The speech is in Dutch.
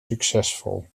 succesvol